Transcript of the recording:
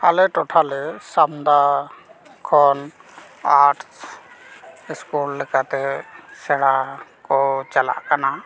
ᱟᱞᱮ ᱴᱚᱛᱷᱟ ᱞᱮ ᱥᱟᱢᱫᱟ ᱠᱷᱚᱱ ᱟᱴᱥ ᱥᱠᱩᱞ ᱞᱮᱠᱟᱛᱮ ᱥᱮᱬᱟ ᱠᱚ ᱪᱟᱞᱟᱜ ᱠᱟᱱᱟ